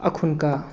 अखुनका